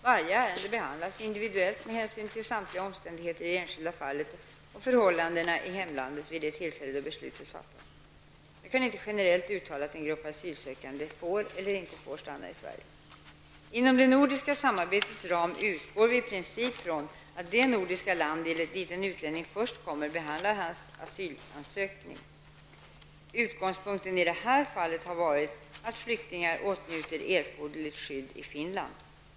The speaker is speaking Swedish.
Varje ärende behandlas individuellt med hänsyn till samtliga omständigheter i det enskilda fallet och förhållandena i hemlandet vid det tillfälle då beslutet fattas. Jag kan inte generellt uttala att en grupp asylsökande får eller inte får stanna i Sverige. Inom det nordiska samarbetets ram utgår vi i princip från att det nordiska land dit en utlänning först kommer, behandlar hans asylansökning. Utgångspunkten i det här fallet har varit att flyktingar åtnjuter erforderligt skydd i Finland.